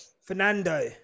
fernando